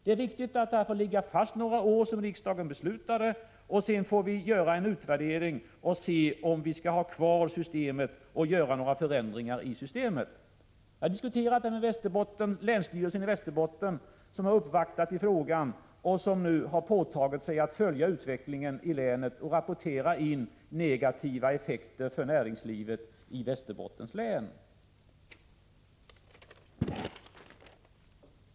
Det är riktigt att riksdagens beslut får ligga fast några år, och sedan får vi göra en utvärdering för att se om vi skall ha kvar systemet och vilka förändringar som skall göras. Jag har diskuterat detta med länsstyrelsen i Västerbotten som har uppvaktat i frågan och som nu har påtagit sig att följa utvecklingen i länet och rapportera in negativa effekter för näringslivet i Västerbottens län.